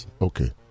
Okay